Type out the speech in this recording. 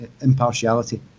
impartiality